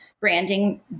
branding